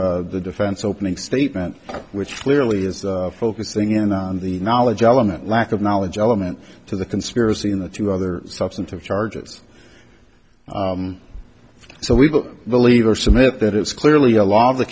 the defense opening statement which clearly is focusing in on the knowledge element lack of knowledge element to the conspiracy in the two other substantive charges so we believe or submit that it's clearly a lot of